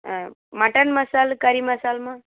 ஆ mutton masala கறி மசாலாம்மா